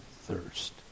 thirst